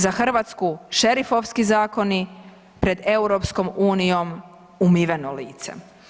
Za Hrvatsku šerifovski zakoni, pred EU umiveno lice.